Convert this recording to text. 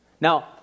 Now